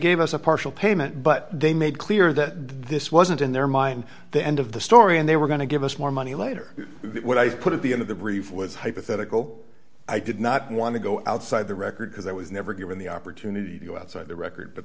gave us a partial payment but they made clear that this wasn't in their mind the end of the story and they were going to give us more any later what i put at the end of the brief was hypothetical i did not want to go outside the record because i was never given the opportunity to go outside the record but